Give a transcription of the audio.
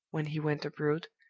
when he went abroad,